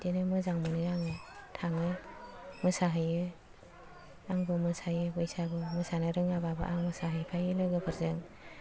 बिदिनो मोजां मोनो आङो थाङो मोसाहैयो आंबो मोसायो बैसागु मोसानो रोङाबाबो आं मोसाहैफायो लोगोफोरजों